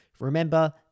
Remember